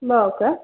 ब का